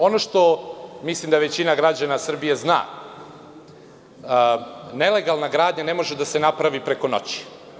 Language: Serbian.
Ono što mislim da većina građana Srbije zna, nelegalna gradnja ne može da se napravi preko noći.